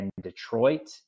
Detroit